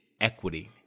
equity